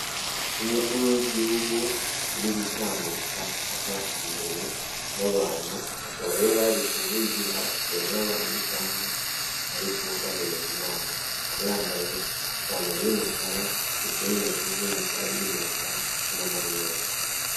Umukuru w'igihugu uri gutambuka ava imbere y'abantu, akaba yari ari kuvugira imbere y'abantu cyangwa ari kubahereza inama, akaba yambaye ipantaro y'umukara ndetse n'inkweto z'umukara n'impeta ndetse na marinete.